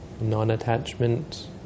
non-attachment